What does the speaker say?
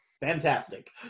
Fantastic